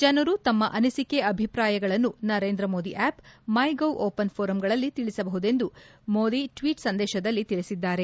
ಜನರು ತಮ್ಮ ಅನಿಸಿಕೆ ಅಭಿಪ್ರಾಯಗಳನ್ನು ನರೇಂದ್ರ ಮೋದಿ ಆಸ್ ಮ್ಲೆ ಗೌ ಓಪನ್ ಪೋರಂಗಳಲ್ಲಿ ತಿಳಸಬಹುದೆಂದು ಮೋದಿ ಟ್ವೀಟ್ ಸಂದೇಶದಲ್ಲಿ ತಿಳಿಸಿದ್ದಾರೆ